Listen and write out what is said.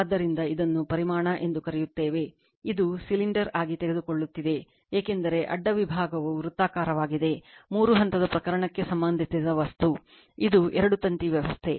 ಆದ್ದರಿಂದ ಇದನ್ನು ಪರಿಮಾಣ ಎಂದು ಕರೆಯುತ್ತೇವೆ ಇದು ಸಿಲಿಂಡರ್ ಆಗಿ ತೆಗೆದುಕೊಳ್ಳುತ್ತಿದೆ ಏಕೆಂದರೆ ಅಡ್ಡ ವಿಭಾಗವು ವೃತ್ತಾಕಾರವಾಗಿದೆ ಮೂರು ಹಂತದ ಪ್ರಕರಣಕ್ಕೆ ಸಂಬಂಧಿಸಿದ ವಸ್ತು ಇದು ಎರಡು ತಂತಿ ವ್ಯವಸ್ಥೆ